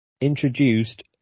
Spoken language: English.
introduced